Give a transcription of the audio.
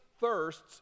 thirsts